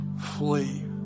flee